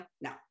No